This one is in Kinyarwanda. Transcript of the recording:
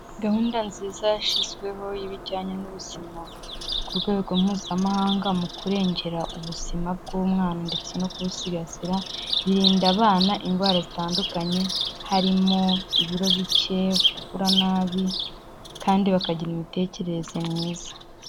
Gahunda nziza yashyizweho y'ibijyanye n'ubuzima ku rwego mpuzamahanga mu kurengera ubuzima bw'umwana ndetse no kubusigasira, birinda abana indwara zitandukanye, harimo ibiro bike, gukura nabi kandi bakagira imitekerereze myiza.